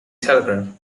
telegraph